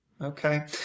Okay